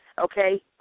Okay